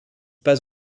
pas